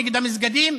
נגד המסגדים,